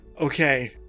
Okay